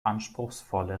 anspruchsvolle